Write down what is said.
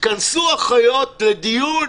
התכנסו החיות לדיון.